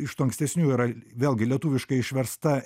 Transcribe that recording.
iš tų ankstesniųjų yra vėlgi lietuviškai išversta